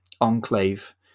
enclave